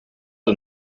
een